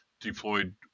deployed